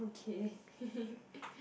okay